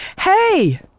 hey